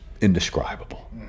indescribable